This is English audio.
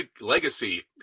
legacy